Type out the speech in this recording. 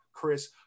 Chris